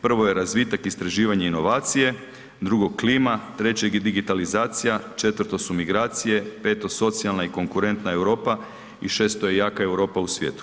Prvo je razvitak, istraživanje, inovacije, drugo klima, treće digitalizacija, četvrto su migracije, peto socijalna i konkurentna Europa i šesto je jaka Europa u svijetu.